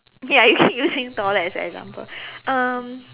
ya you keep using toilet as an example um